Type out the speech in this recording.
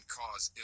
cause